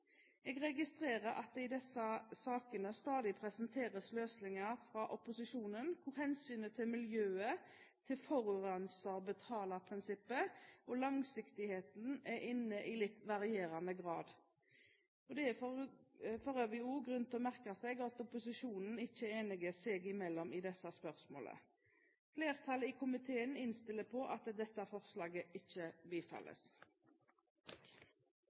Jeg registrerer at det i disse sakene stadig presenteres løsninger fra opposisjonen, hvor hensynet til miljøet, til forurenser-betaler-prinsippet og langsiktigheten er inne i litt varierende grad. Det er for øvrig også grunn til å merke seg at opposisjonen ikke er enige seg imellom i disse spørsmålene. Flertallet i komiteen innstiller på at dette forslaget ikke bifalles.